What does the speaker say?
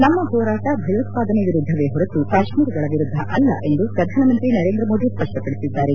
ನಮ್ಮ ಹೋರಾಟ ಭಯೋತ್ಸಾದನೆ ವಿರುದ್ದವೇ ಹೊರತು ಕಾಶ್ಮೀರಿಗಳ ವಿರುದ್ದ ಅಲ್ತ ಎಂದು ಪ್ರಧಾನಮಂತ್ರಿ ನರೇಂದ್ರ ಮೋದಿ ಸಷ್ವಪಡಿಸಿದ್ದಾರೆ